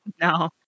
No